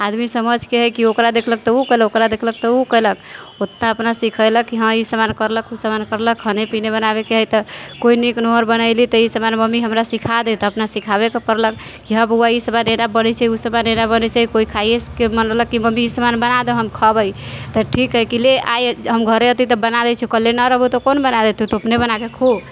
आदमी समझ के हइ कि ओकरा देखलक तऽ ओ कयलक ओकरा देखलक तऽ ओ कयलक उतना अपना सिखेलक हँ ई सामान करलक खुद समान करलक खाने पीने बनाबयके हइ तऽ कोइ नीक नओर बनयली तऽ ई सामान हमरा सिखा दे तऽ अपना सिखाबयके पड़लक कि हँ बौआ ई सभ एना बनैत छै ओसभ एना बनैत छै कोइ खाइएके मन भेलक कि मम्मी ई सामान बना दऽ हम खयबै तऽ ठीक हइ कि ले आइ हम घरे हती तऽ बना दैत छियौ कल्ले ना रहबौ तऽ कोन बना देतौ तोँ अपने बना कऽ खो